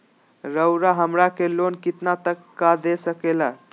रउरा हमरा के लोन कितना तक का दे सकेला?